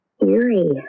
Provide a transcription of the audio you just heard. eerie